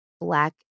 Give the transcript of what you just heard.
Black